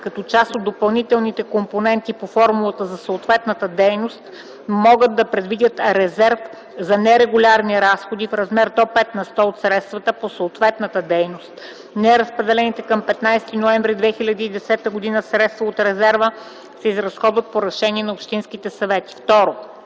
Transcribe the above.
като част от допълнителните компоненти по формулата за съответната дейност могат да предвидят резерв за нерегулярни разходи в размер до 5 на сто от средствата по съответната дейност. Неразпределените към 15 ноември 2010 г. средства от резерва се изразходват по решение на общинските съвети.”